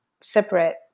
separate